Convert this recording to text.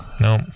no